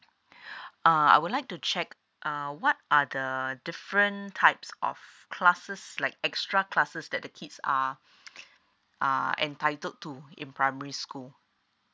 uh I would like to check uh what are the different types of classes like extra classes that the kids are are entitled to in primary school